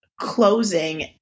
closing